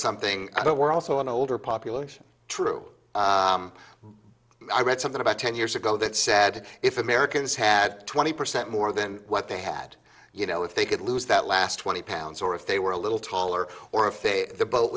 something but we're also an older population true i read something about ten years ago that said if americans had twenty percent more than what they had you know if they could lose that last twenty pounds or if they were a little taller or if the